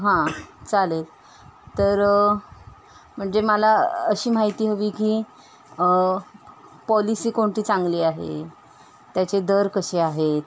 हां चालेल तर म्हणजे मला अशी माहिती हवी आहे की पॉलिसी कोणती चांगली आहे त्याचे दर कसे आहेत